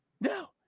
no